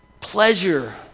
pleasure